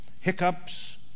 hiccups